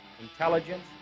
intelligence